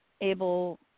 able